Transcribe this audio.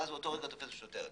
ואז תופסת אותו שוטרת.